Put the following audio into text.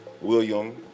William